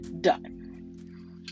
done